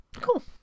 cool